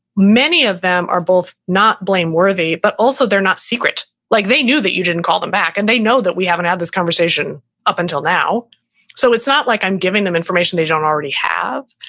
many of them are both not blame worthy but also they're not secret. like they knew that you didn't call them back, and they know that we haven't had this conversation up until now so it's not like i'm giving them information they don't already have.